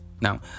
Now